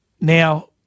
Now